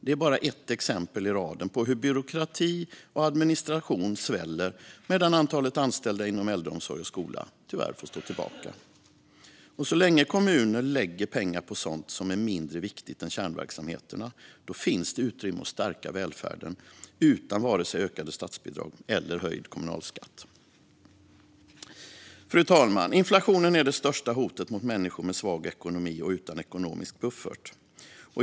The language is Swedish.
Det är bara ett exempel i raden på hur byråkrati och administration sväller medan antalet anställda inom äldreomsorg och skola tyvärr får stå tillbaka. Så länge kommuner lägger pengar på sådant som är mindre viktigt än kärnverksamheterna finns det utrymme att stärka välfärden utan vare sig ökade statsbidrag eller höjd kommunalskatt. Fru talman! Inflationen är det största hotet mot människor som har svag ekonomi och som är utan ekonomisk buffert.